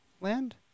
land